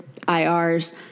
IRs